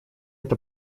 эта